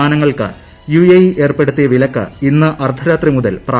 വിമാനങ്ങൾക്ക് യുഎഇ ഏർപ്പെടുത്തിയ വിലക്ക് ഇന്ന് അർധരാത്രി മുതൽ പ്രാബലൃത്തിൽ